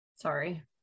Sorry